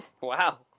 Wow